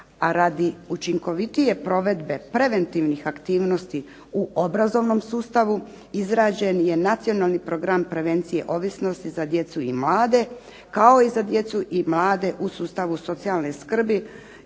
a radi učinkovitije provedbe preventivnih aktivnosti u obrazovnom sustavu izrađen je Nacionalni program prevencije ovisnosti za djecu i mlade, kao i za djecu i mlade u sustavu socijalne skrbi